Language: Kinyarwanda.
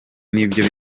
n’ibyo